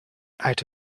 out